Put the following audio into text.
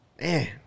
Man